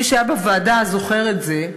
מי שהיה בוועדה זוכר את זה,